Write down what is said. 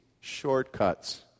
shortcuts